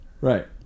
Right